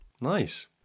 Nice